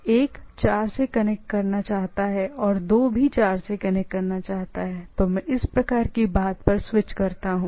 तो 1 4 से कनेक्ट करना चाहता है या 2 भी 4 से कनेक्ट करना चाहता है तो मैं इस प्रकार की बात पर स्विच करता हूं